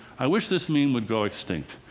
i wish this meme would go extinct.